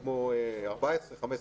15,